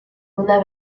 una